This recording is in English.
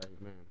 Amen